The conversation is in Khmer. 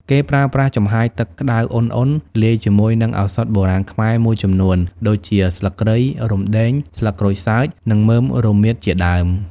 គេប្រើប្រាស់ចំហាយទឹកក្ដៅឧណ្ហៗលាយជាមួយនឹងឱសថបុរាណខ្មែរមួយចំនួនដូចជា ស្លឹកគ្រៃ រំដេង ស្លឹកក្រូចសើច និងមើមរមៀតជាដើម។